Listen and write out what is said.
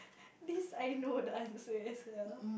this I know the answer is the